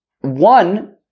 one